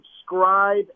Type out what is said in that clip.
subscribe